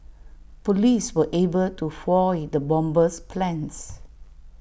Police were able to foil the bomber's plans